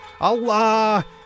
Allah